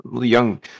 young